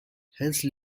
hence